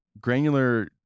Granular